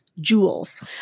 Jewels